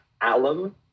alum